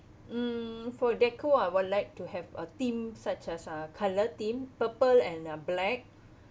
mm for decor I would like to have a theme such as uh colour theme purple and uh black